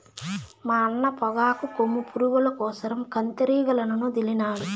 మా అన్న పొగాకు కొమ్ము పురుగుల కోసరం కందిరీగలనొదిలినాడు